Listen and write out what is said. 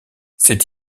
c’est